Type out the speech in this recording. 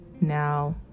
Now